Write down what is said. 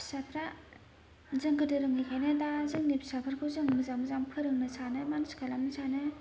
फिसाफ्रा जों गोदो रोङैखायनो दा जोंनि फिसाफोरखौ जों मोजां मोजां फोरोंनो सानो मानसि खालामनो सानो